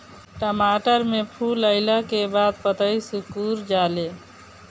टमाटर में फूल अईला के बाद पतईया सुकुर जाले?